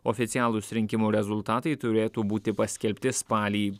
oficialūs rinkimų rezultatai turėtų būti paskelbti spalį